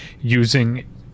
using